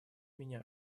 меня